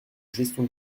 gestion